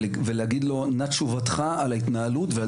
ולהגיד לו נא תשובתך על ההתנהלות ועל